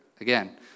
Again